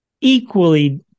equally